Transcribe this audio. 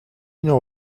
know